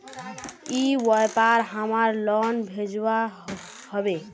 ई व्यापार हमार लोन भेजुआ हभे?